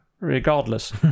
regardless